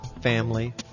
family